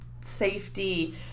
Safety